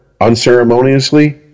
unceremoniously